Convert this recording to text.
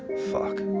fuck.